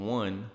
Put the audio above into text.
one